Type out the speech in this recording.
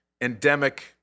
endemic